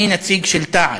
אני נציג של תע"ל.